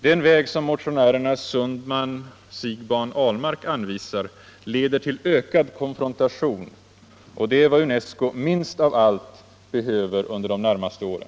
Den väg som motionärerna Sundman, Siegbahn och Ahlmark anvisar leder till ökad konfrontation, och det är vad UNESCO minst av allt behöver under de närmaste åren.